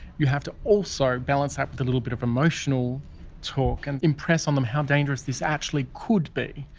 you have to also balance that with a little bit of emotional talk and impress on them how dangerous this actually could be,